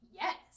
yes